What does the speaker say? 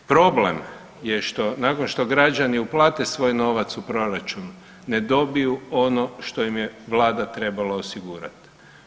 Problem je što nakon što građani uplate svoj novac u proračun ne dobiju ono što im je Vlada trebala osigurati.